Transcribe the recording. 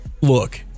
Look